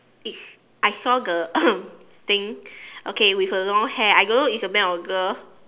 it's I saw the thing okay with a long hair I don't know it's a man or a girl